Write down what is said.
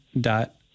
dot